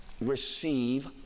receive